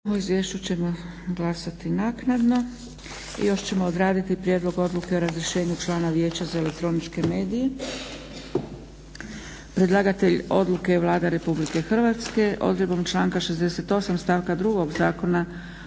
**Zgrebec, Dragica (SDP)** I još ćemo odraditi - Prijedlog odluke o razrješenju člana Vijeća za elektroničke medije Predlagatelj odluke je Vlada Republike Hrvatske. Odredbom članka 68. stavka 2. Zakona